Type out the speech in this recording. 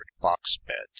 box-beds